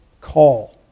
call